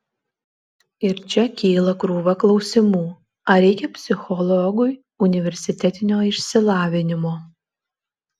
ir čia kyla krūva klausimų ar reikia psichologui universitetinio išsilavinimo